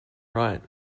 right